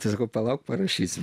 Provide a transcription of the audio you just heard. tai sakau palauk parašysiu